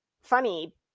funny